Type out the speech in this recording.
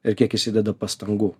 ir kiek jis įdeda pastangų